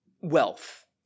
wealth